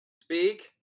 Speak